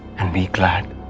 and be glad,